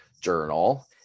Journal